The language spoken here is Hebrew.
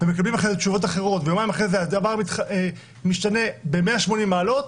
אנחנו מקבלים תשובות ויומיים אחרי זה הדבר משתנה ב-180 מעלות,